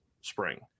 spring